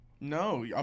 No